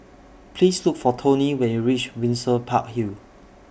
Please Look For Toni when YOU REACH Windsor Park Hill